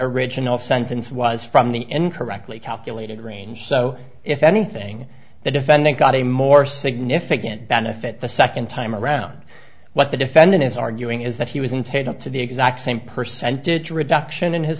original sentence was from the incorrectly calculated range so if anything the defendant got a more significant benefit the second time around what the defendant is arguing is that he was intent to the exact same percentage reduction in his